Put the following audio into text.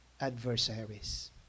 adversaries